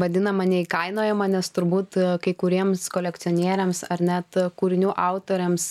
vadinama neįkainojama nes turbūt kai kuriems kolekcionieriams ar net kūrinių autoriams